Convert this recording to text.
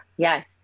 Yes